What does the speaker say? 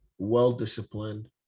well-disciplined